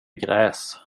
gräs